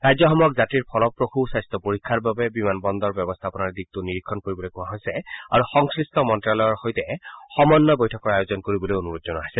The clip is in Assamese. ৰাজ্যসমূহক যাত্ৰীৰ ফলপ্ৰসূ স্বাস্থ্য পৰীক্ষাৰ বাবে বিমান বন্দৰ ব্যৱস্থাপনাৰ দিশটো নিৰীক্ষণ কৰিবলৈ কোৱা হৈছে আৰু সংগ্লিষ্ট মন্ত্যালয়ৰ সৈতে সমন্নয় বৈঠকৰ আয়োজন কৰিবলৈ অনুৰোধ জনোৱা হৈছে